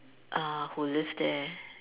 uh who live there